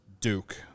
Duke